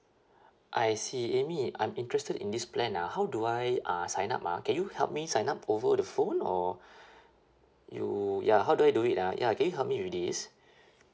I see amy I'm interested in this plan ah how do I uh sign up ah can you help me sign up over the phone or you ya how do I do it ah ya can you help me with this